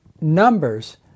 Numbers